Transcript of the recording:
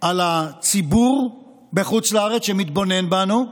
על הציבור בחוץ לארץ שמתבונן בנו,